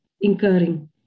incurring